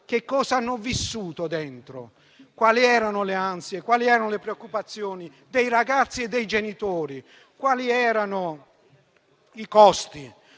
che cosa hanno vissuto dentro, quali erano le ansie, quali erano le preoccupazioni dei ragazzi e dei genitori? Quali erano i costi?